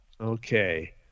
Okay